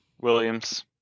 Williams